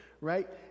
right